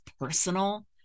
personal